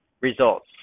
results